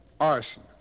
Arson